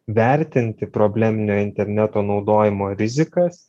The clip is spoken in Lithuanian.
vertinti probleminio interneto naudojimo rizikas